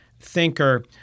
thinker